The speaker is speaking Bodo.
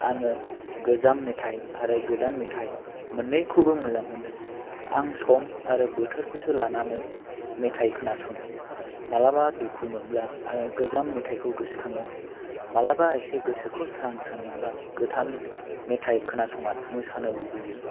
आङो गोजाम मेथाइ आरो गोदान मेथाइ मोननैखौबो मोजां मोनो आं सम आरो बोथोरखौसो लानानै मेथाइ खोनासङो मालाबा दुखु मोनब्ला आङो गोजाम मेथायखौ गोसो खाङो मालाबा गोसोखौ एसे स्रां स्रां मोनबा गोदान मेथाय खोनासंना मोसानो लुबैयो